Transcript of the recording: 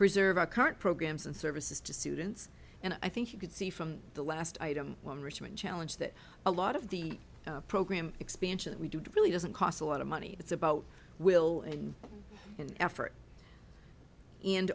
preserve our current programs and services to students and i think you can see from the last item on richmond challenge that a lot of the program expansions we do really doesn't cost a lot of money it's about will and an effort and